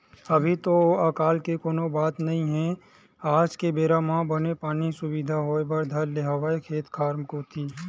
अभी तो अकाल के कोनो बात नई हे आज के बेरा म बने पानी के सुबिधा होय बर धर ले हवय खेत खार कोती